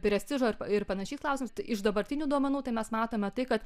prestižo ir panašiai klausimais iš dabartinių duomenų tai mes matome tai kad